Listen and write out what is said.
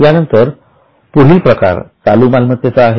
यानंतर पुढील प्रकार चालू मालमत्तेचा आहे